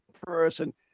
person